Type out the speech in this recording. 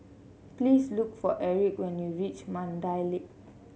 please look for Erick when you reach Mandai Lake